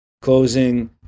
closing